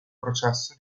processo